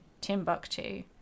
Timbuktu